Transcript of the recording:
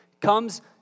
comes